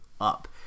up